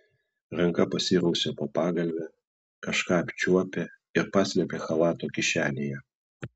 ranka pasirausė po pagalve kažką apčiuopė ir paslėpė chalato kišenėje